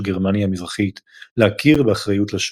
גרמניה המזרחית להכיר באחריות לשואה.